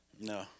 No